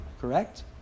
correct